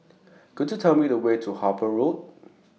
Could YOU Tell Me The Way to Harper Road